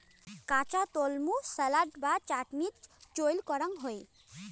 কাঁচা তলমু স্যালাড বা চাটনিত চইল করাং হই